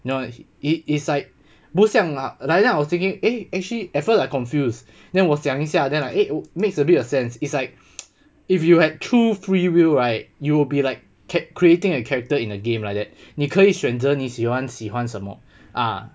you know what I saying it it's like 不像 lah like then I was thinking eh actually at first I confuse then 我想一下 then I eh makes a bit of sense it's like if you had true free will right you'll be like cat~ creating a character in a game like that 你可以选择你喜欢喜欢什么 ah